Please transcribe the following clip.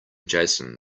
jason